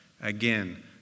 Again